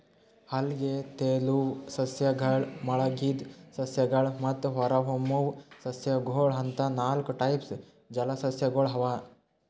ಅಲ್ಗೆ, ತೆಲುವ್ ಸಸ್ಯಗಳ್, ಮುಳಗಿದ್ ಸಸ್ಯಗಳ್ ಮತ್ತ್ ಹೊರಹೊಮ್ಮುವ್ ಸಸ್ಯಗೊಳ್ ಅಂತಾ ನಾಲ್ಕ್ ಟೈಪ್ಸ್ ಜಲಸಸ್ಯಗೊಳ್ ಅವಾ